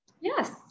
Yes